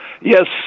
Yes